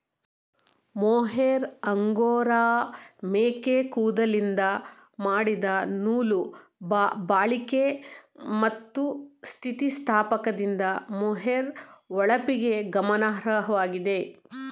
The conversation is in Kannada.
ಮೊಹೇರ್ ಅಂಗೋರಾ ಮೇಕೆ ಕೂದಲಿಂದ ಮಾಡಿದ ನೂಲು ಬಾಳಿಕೆ ಮತ್ತು ಸ್ಥಿತಿಸ್ಥಾಪಕದಿಂದ ಮೊಹೇರ್ ಹೊಳಪಿಗೆ ಗಮನಾರ್ಹವಾಗಿದೆ